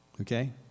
Okay